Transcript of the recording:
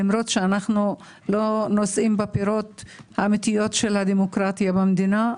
למרות שאנחנו לא נושאים בפירות האמיתיות של הדמוקרטיה במדינה,